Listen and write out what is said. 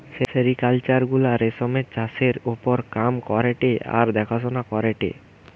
sericulture গুলা রেশমের চাষের ওপর কাম করেটে আর দেখাশোনা করেটে